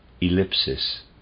Ellipsis